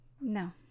No